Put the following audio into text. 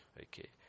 Okay